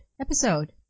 episode